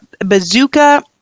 bazooka